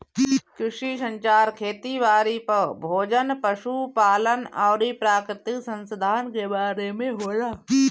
कृषि संचार खेती बारी, भोजन, पशु पालन अउरी प्राकृतिक संसधान के बारे में होला